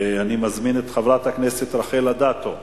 אני מזמין את חברת הכנסת רחל אדטו.